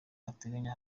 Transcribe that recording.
ateganya